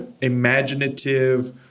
imaginative